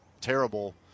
terrible